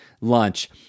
Lunch